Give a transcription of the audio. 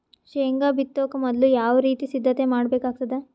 ಶೇಂಗಾ ಬಿತ್ತೊಕ ಮೊದಲು ಯಾವ ರೀತಿ ಸಿದ್ಧತೆ ಮಾಡ್ಬೇಕಾಗತದ?